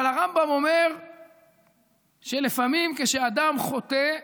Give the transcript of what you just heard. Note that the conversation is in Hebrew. אבל הרמב"ם אומר שלפעמים, כשאדם חוטא,